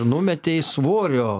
numetei svorio